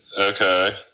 Okay